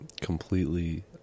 completely